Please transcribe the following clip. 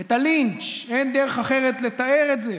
את הלינץ', אין דרך אחרת לתאר את זה,